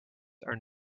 are